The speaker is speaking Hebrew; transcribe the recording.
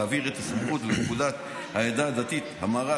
להעביר את הסמכות ואת פקודת העדה הדתית (המרה,